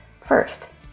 First